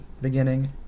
beginning